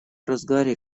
разгаре